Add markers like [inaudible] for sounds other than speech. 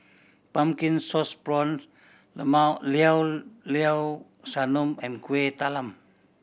Pumpkin Sauce Prawns [unintelligible] Llao Llao Sanum and Kueh Talam